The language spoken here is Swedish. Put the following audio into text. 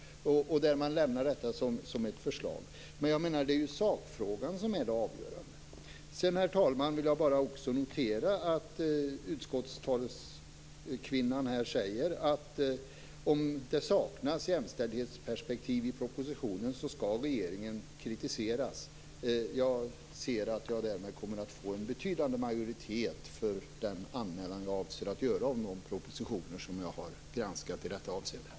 Men det är ju sakfrågan som är det avgörande. Herr talman! Jag vill också bara notera att utskottstaleskvinnan här säger att om det saknas jämställdhetsperspektiv i propositioner skall regeringen kritiseras. Jag ser därmed att jag kommer att få en betydande majoritet för den anmälan som jag avser att göra av de propositioner som jag har granskat i detta avseende.